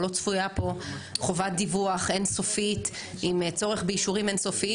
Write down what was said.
לא צפויה פה חובת דיווח אין סופית עם צורך באישורים אין סופיים.